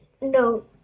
no